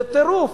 זה טירוף.